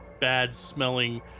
bad-smelling